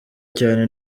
cyane